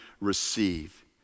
receive